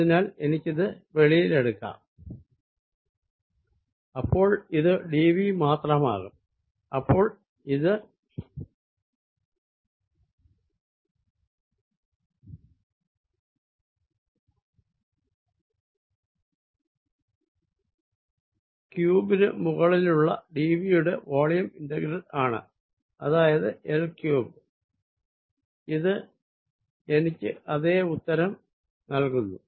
അതിനാൽ എനിക്കിത് വെളിയിൽ എടുക്കാം അപ്പോൾ ഇത് dV മാത്രമാകും അപ്പോൾ അത് ക്യൂബിന് മുകളിലുള്ള dV യുടെ വോളിയം ഇന്റഗ്രൽ ആണ് അതായത് L ക്യൂബ്ഡ് ഇത് എനിക്ക് അതെ ഉത്തരം നൽകുന്നു